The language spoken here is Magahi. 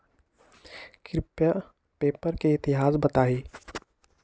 कृपया पेपर के इतिहास बताहीं